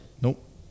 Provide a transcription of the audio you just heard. Nope